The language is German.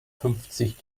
fünfzig